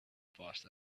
passed